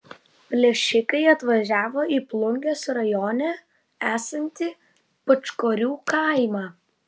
plėšikai atvažiavo į plungės rajone esantį pūčkorių kaimą